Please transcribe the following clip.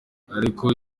ariko